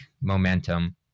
momentum